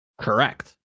Correct